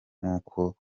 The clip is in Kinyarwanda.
nk’uko